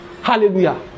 Hallelujah